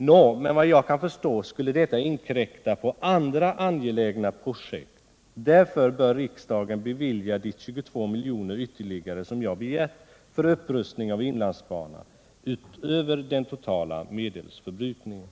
Men efter vad jag kan förstå skulle detta inkräkta på andra angelägna projekt. Därför bör riksdagen bevilja de 22 miljoner ytterligare som jag begärt för upprustning av inlandsbanan utöver den totala medelsförbrukningen.